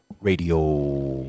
radio